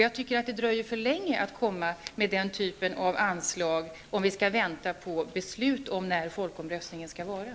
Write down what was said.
Jag tycker att det dröjer för länge med den här typen av anslag om vi skall vänta på beslut om när folkomröstningen skall äga rum.